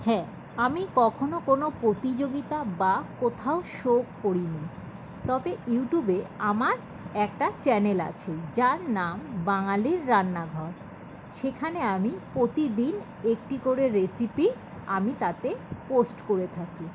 হ্যাঁ আমি কখনো কোনো প্রতিযোগিতা বা কোথাও শো করিনি তবে ইউটিউবে আমার একটা চ্যানেল আছে যার নাম বাঙালির রান্নাঘর সেখানে আমি প্রতিদিন একটি করে রেসিপি আমি তাতে পোস্ট করে থাকি